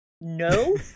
no